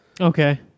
Okay